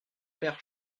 père